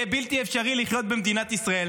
יהיה בלתי אפשרי לחיות במדינת ישראל,